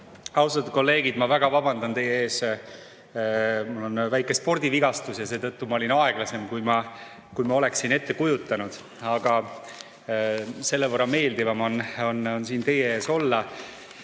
Austatud kolleegid, ma väga vabandan teie ees. Mul on väike spordivigastus ja seetõttu ma olin aeglasem, kui ma oleksin ette kujutanud. Aga selle võrra meeldivam on siin teie ees olla,